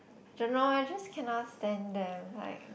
I don't know I just cannot stand them like